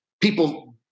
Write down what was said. people